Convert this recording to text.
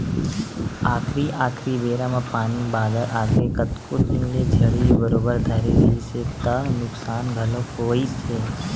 आखरी आखरी बेरा म पानी बादर आगे कतको दिन ले झड़ी बरोबर धरे रिहिस हे त नुकसान घलोक होइस हे